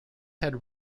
had